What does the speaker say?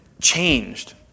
changed